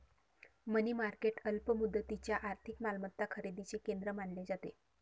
मनी market अल्प मुदतीच्या आर्थिक मालमत्ता खरेदीचे केंद्र मानले जाते